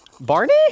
Barney